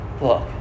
Look